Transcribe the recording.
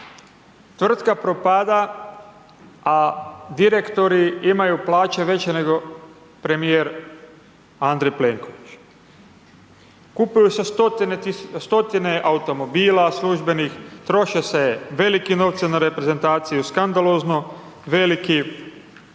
Tvrtka propada, a direktori imaju plaće veće nego premijer Andrej Plenković. Kupuje se stotine automobila službenih, troše se veliki novci na reprezentaciju, skandalozno veliki, a iz